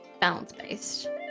balance-based